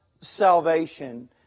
salvation